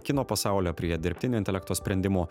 kino pasaulio prie dirbtinio intelekto sprendimų